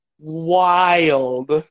wild